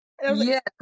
Yes